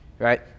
Right